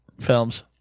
films